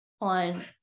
on